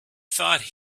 thought